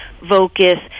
Vocus